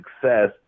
success